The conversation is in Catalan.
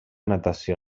natació